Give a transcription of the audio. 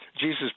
Jesus